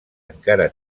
encara